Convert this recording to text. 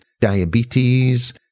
diabetes